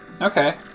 Okay